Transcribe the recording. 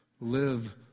Live